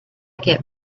get